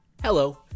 Hello